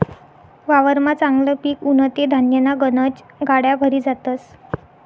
वावरमा चांगलं पिक उनं ते धान्यन्या गनज गाड्या भरी जातस